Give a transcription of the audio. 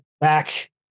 back